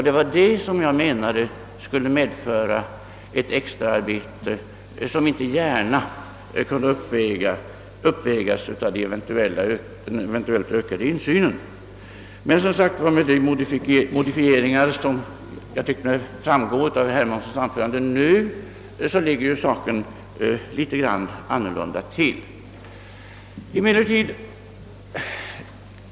Det var detta som jag menade skulle medföra ett extraarbete som inte gärna kunde uppvägas av den eventuellt ökade insynen. Men, som sagt, efter de modifieringar som jag tyckte att herr Hermansson gjorde i sitt anförande ligger saken litet annorlunda till.